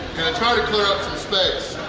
gonna try to clear up some space.